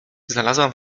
znalazłam